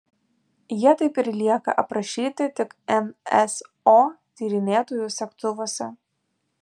jie taip ir lieka aprašyti tik nso tyrinėtojų segtuvuose